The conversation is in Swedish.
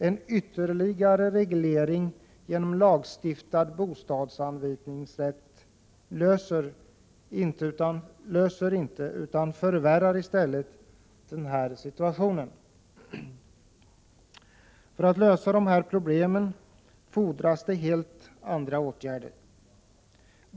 En ytterligare reglering genom lagstiftad bostadsanvisningsrätt förbättrar inte utan förvärrar i stället denna situation. För att lösa dessa problem fordras det helt andra åtgärder.